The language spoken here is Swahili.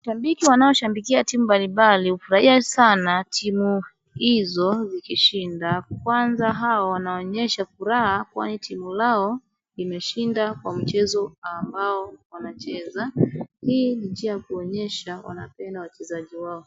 Shabiki wanaoshabiki timu mbalimbali hufurahi sana timu hizo zikishinda, kwanza hao wanaonyesha furaha kwani timu lao imeshinda kwa mchezo mbao wanacheza. Hii ni njia ya kuonyesha wanapenda wachezaji wao.